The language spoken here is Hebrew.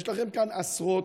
יש לכם כאן עשרות,